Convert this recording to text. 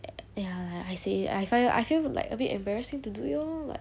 ya like I say I find I feel like a bit embarrassing to do it lor like